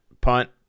punt